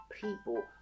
people